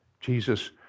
Jesus